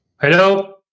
Hello